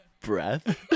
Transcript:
Breath